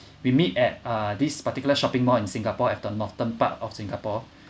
we meet at uh this particular shopping mall in singapore at the northern part of singapore